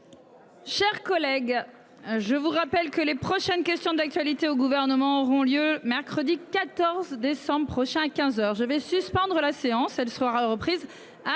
Chers collègues. Je vous rappelle que les prochaines questions d'actualité au gouvernement auront lieu mercredi 14 décembre prochain 15h je vais suspendre la séance elle sera reprise à